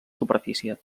superfície